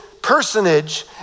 personage